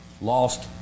lost